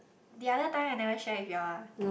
the other time I never share with you all ah